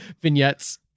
vignettes